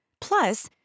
Plus